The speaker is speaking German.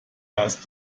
dass